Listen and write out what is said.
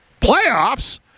Playoffs